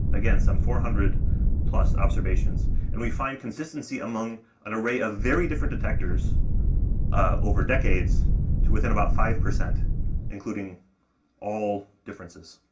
again, some four hundred plus observations, and we find consistency among an array of very different detectors over decades to within about five, including all differences.